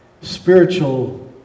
spiritual